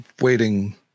waiting